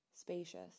spacious